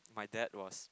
my dad was